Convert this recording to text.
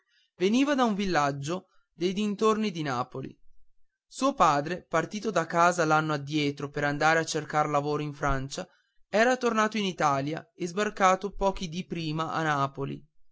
veniva da un villaggio dei dintorni di napoli suo padre partito di casa l'anno addietro per andare a cercar lavoro in francia era tornato in italia e sbarcato pochi dì prima a napoli